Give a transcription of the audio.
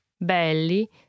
belli